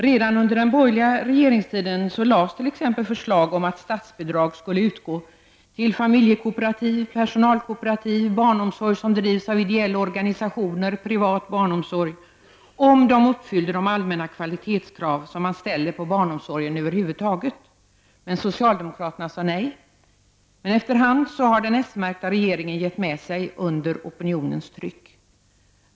Redan under den borgerliga regeringstiden framlades t.ex. förslag om att statsbidrag skulle utgå till familjekooperativ, personalkooperativ, barnomsorg som bedrivs av ideella organisationer, privat barnomsorg -- om de uppfyllde de allmänna kvalitetskrav som man ställer på barnomsorg över huvud taget. Men socialdemokraterna sade nej. Efter hand har dock den s-märkta regeringen gett med sig under opinionens tryck.